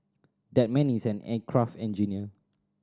that man is an aircraft engineer